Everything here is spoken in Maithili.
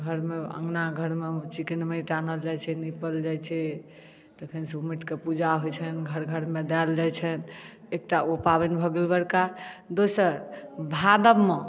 घर मे अँगना घर मे चिकैन माटि आनल जाइ छै नीपल जाइ छै तखन सँ ओ माटि के पूजा होइ छनि घर घर मे देल जाइ छनि एकटा ओ पाबनि भऽ गेल बड़का दोसर भादव मे